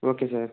okay sir